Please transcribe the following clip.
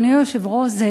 אדוני היושב-ראש,